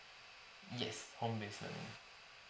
yes home based learning